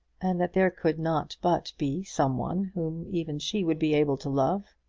and that there could not but be some one whom even she would be able to love.